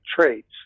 traits